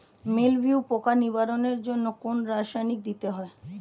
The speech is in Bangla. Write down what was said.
মিলভিউ পোকার নিবারণের জন্য কোন রাসায়নিক দিতে হয়?